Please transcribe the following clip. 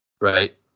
right